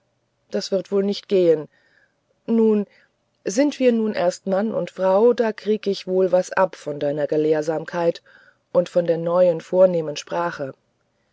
das wird wohl nicht gehen nun sind wir nur erst mann und frau da kriege ich wohl was ab von deiner gelehrsamkeit und von der neuen vornehmen sprache